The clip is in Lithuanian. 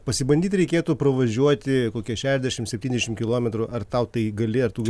pasibandyt reikėtų pravažiuoti kokį šešiasdešim septyniasdešim kilometrų ar tau tai gali ar tu